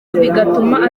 bigatuma